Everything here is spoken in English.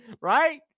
right